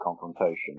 confrontation